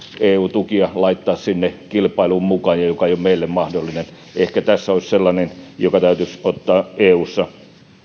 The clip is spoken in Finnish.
eu tukia laittaa sinne kilpailuun mukaan mikä ei ole meille mahdollista ehkä tässä olisi sellainen asia joka täytyisi ottaa eussa